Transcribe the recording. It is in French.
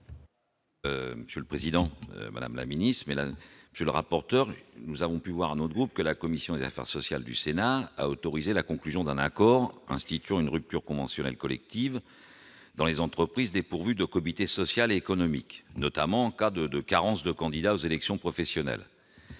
Monsieur le Président, Madame la Ministre, mais là je le rapporteur, nous avons pu voir notre groupe que la commission des affaires sociales du Sénat a autorisé la conclusion d'un accord instituant une rupture conventionnelle collective dans les entreprises dépourvues de comité social, économique, notamment en cas de de carence de candidats aux élections professionnelles,